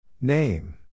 Name